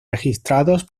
registrados